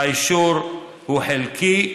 והאישור הוא חלקי,